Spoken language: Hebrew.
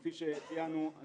כפי שציינו,